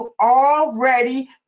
already